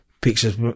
pictures